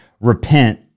repent